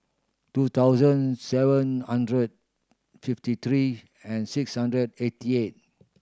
two thousand seven hundred fifty three and six hundred eighty eight